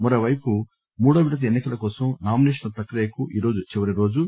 మరోపైపు మూడో విడత ఎన్నికల కోసం నామినేషన్ల ప్రక్రియకు ఈరోజు చివరి రోజు